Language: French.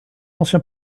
ancien